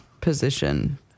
position